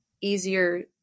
easier